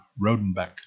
Rodenbeck